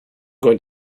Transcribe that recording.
going